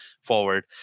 forward